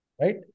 Right